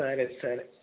సరే సరే